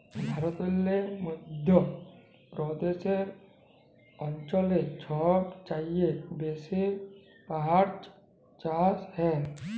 ভারতেল্লে মধ্য প্রদেশ অঞ্চলে ছব চাঁঁয়ে বেশি গাহাচ চাষ হ্যয়